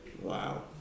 Wow